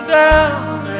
down